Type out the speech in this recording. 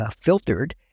filtered